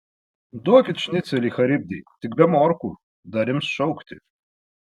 duokit šnicelį charibdei tik be morkų dar ims šaukti